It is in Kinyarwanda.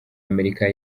amerika